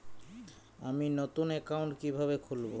আমি নতুন অ্যাকাউন্ট কিভাবে খুলব?